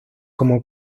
como